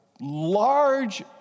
large